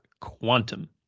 Quantum